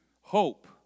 Hope